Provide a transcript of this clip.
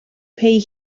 pay